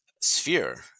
sphere